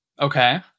Okay